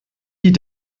die